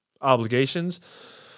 obligations